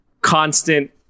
constant